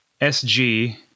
SG